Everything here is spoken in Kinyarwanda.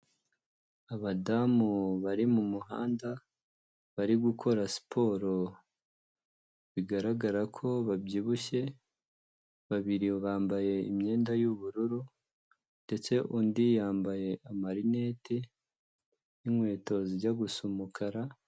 Abadamu bari mu muhanda bari gukora siporo bigaragara ko babyibushye, babiri bambaye imyenda y'ubururu ndetse undi yambaye amarineti n'inkweto zijya gusu umukara.